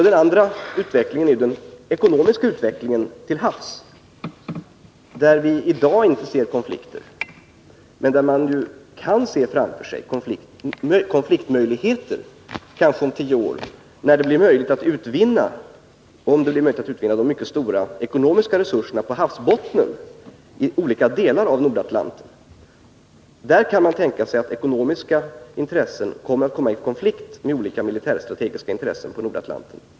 Den andra utvecklingen är den ekonomiska utvecklingen till havs, där vi i dag inte ser konflikter men där man framför sig, kanske om tio år, kan se konfliktmöjligheter, om det blir möjligt att utnyttja de mycket stora ekonomiska resurserna på havsbottnen i olika delar av Nordatlanten. Där kan man tänka sig att ekonomiska intressen kan komma i konflikt med olika militärstrategiska intressen.